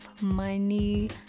money